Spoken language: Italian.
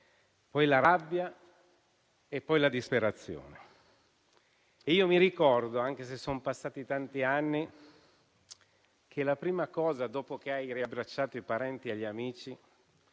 poi la rabbia e poi la disperazione. Mi ricordo, anche se sono passati tanti anni, che la prima cosa, dopo che hai riabbracciato i parenti e gli amici,